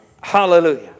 Hallelujah